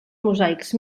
mosaics